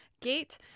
gate